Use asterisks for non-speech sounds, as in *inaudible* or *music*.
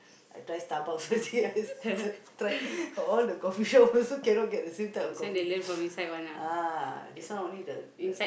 I try Starbucks *laughs* already I tried all the coffee shop all also cannot get the same type of coffee ah this one only the the